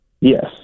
Yes